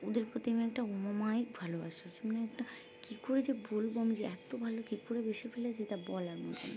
ওদের প্রতি আমি একটা অমায়িক ভালোবাসা হচ্ছে মানে একটা কী করে যে বলবো আমি যে এত ভালো কী করে বেসে ফেলেছি যেটা বলার মতন না